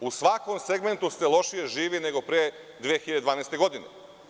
U svakom segmentu se lošije živi nego pre 2012. godine.